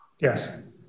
Yes